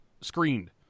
screened